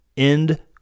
End